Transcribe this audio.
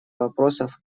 вопросов